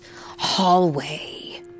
hallway